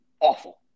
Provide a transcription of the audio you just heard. awful